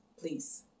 please